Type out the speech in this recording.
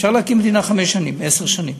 אפשר להקים מדינה חמש שנים, עשר שנים.